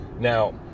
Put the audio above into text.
Now